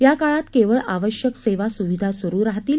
या काळात केवळ आवश्यक सेवा सुविधा सुरु राहतील